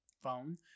phone